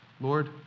Lord